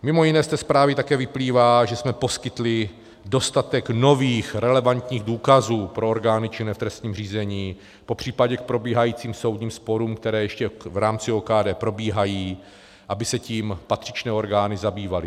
Mimo jiné z té zprávy také vyplývá, že jsme poskytli dostatek nových relevantních důkazů pro orgány činné v trestním řízení, popřípadě k probíhajícím soudním sporům, které ještě v rámci OKD probíhají, aby se tím patřičné orgány zabývaly.